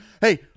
Hey